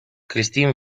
christine